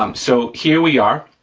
um so here we are,